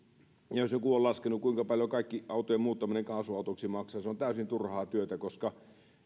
jos joku on laskenut kuinka paljon kaikkien autojen muuttaminen kaasuautoiksi maksaa se on täysin turhaa työtä